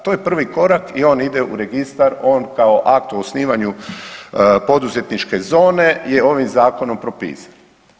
To je prvi korak i on ide u registar, on kao akt u osnivanje poduzetničke zone je ovim zakonom propisan.